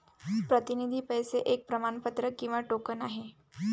प्रतिनिधी पैसे एक प्रमाणपत्र किंवा टोकन आहे